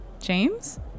James